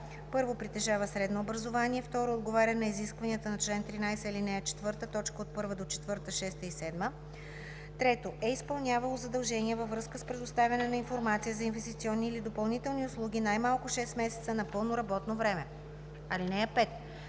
да: 1. притежава средно образование; 2. отговаря на изискванията на чл. 13, ал. 4, т. 1 – 4, 6 и 7; 3. е изпълнявало задължения във връзка с предоставяне на информация за инвестиционни или допълнителни услуги най-малко 6 месеца на пълно работно време. (5)